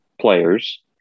players